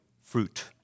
fruit